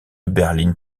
berline